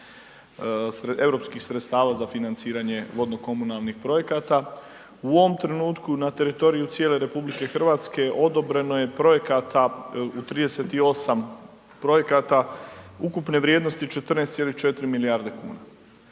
europskih sredstava za financiranje vodno komunalnih projekata. U ovom trenutku na teritoriju cijele RH odobreno je projekata u 38 projekata ukupne vrijednosti 14,4 milijarde kuna.